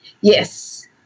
Yes